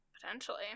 potentially